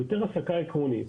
זהו היתר העסקה עקרוני.